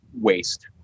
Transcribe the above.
waste